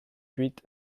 huit